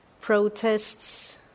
protests